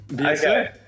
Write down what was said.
Okay